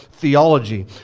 theology